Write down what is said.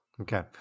okay